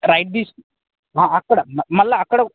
right తీసు అక్కడ మళ్ళా అక్కడ